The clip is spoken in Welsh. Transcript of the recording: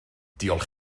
diolch